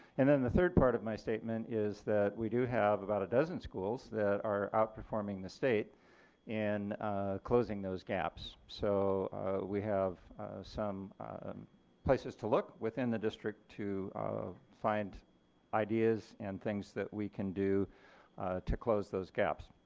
and then the third part of my statement is that we do have about a dozen schools that are outperforming the state in closing those gaps. so we have some places to look within the district to find ideas and things that we can do to close those gaps.